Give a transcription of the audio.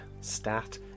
stat